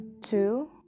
two